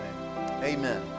Amen